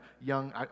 young